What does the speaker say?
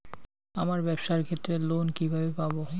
আমার ব্যবসার ক্ষেত্রে লোন কিভাবে পাব?